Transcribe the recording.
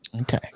Okay